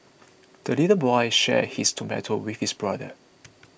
the little boy shared his tomato with his brother